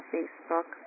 Facebook